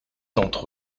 d’entre